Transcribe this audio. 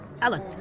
Alan